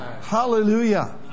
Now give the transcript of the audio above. Hallelujah